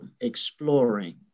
exploring